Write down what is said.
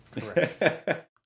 Correct